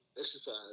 exercise